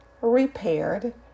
Repaired